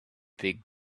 big